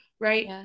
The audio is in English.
right